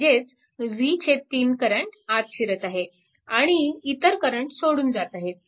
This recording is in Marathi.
म्हणजेच v3 करंट आत शिरत आहे आणि इतर करंट सोडून जात आहेत